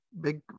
big